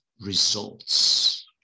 results